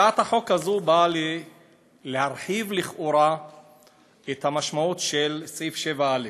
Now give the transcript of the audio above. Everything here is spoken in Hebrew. הצעת החוק הזאת באה להרחיב לכאורה את המשמעות של סעיף 7א,